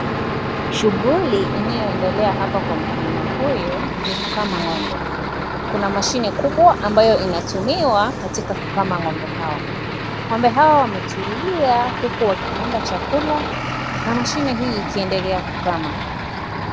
Shughuli inayoendelea hapa kwa mkulima huyu ni kukama ngombe , kuna mashine kubwa ambayo inatumiwa katika kukama ngombe hawa . Ngombe hawa wametulia huku wakilamba chakula na mashine hii ikiendelea kukama.